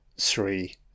three